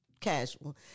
casual